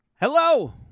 Hello